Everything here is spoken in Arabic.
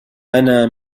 أنا